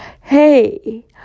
hey